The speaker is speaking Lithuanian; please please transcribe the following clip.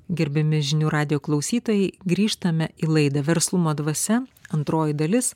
gerbiami žinių radijo klausytojai grįžtame į laidą verslumo dvasia antroji dalis